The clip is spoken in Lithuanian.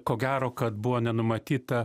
ko gero kad buvo nenumatyta